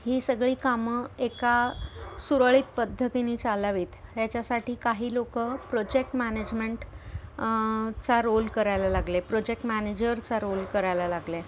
ही सगळी कामं एका सुरळीत पद्धतीने चालावेत ह्याच्यासाठी काही लोकं प्रोजेक्ट मॅनेजमेंट चा रोल करायला लागले प्रोजेक्ट मॅनेजरचा रोल करायला लागले